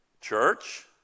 Church